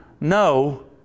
No